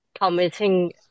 committing